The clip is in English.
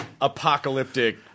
apocalyptic